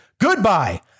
Goodbye